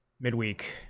midweek